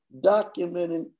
documenting